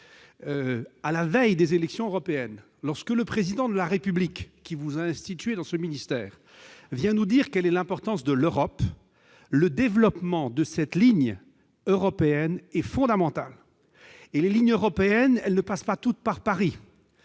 à la veille des élections européennes. Alors que le Président de la République, qui vous a nommée dans votre ministère, vient de parler de l'importance de l'Europe, le développement de cette ligne européenne est fondamental. Les lignes européennes ne passent pas toutes par Paris.